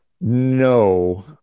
No